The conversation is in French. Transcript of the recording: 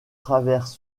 traverse